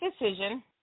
decision